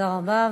תודה רבה.